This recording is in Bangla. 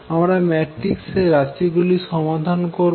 আমরা ম্যাট্রিক্স এর রাশি গুলি সমাধান করবো